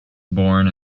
born